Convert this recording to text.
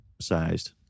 sized